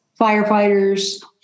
firefighters